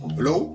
Hello